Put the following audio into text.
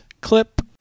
clip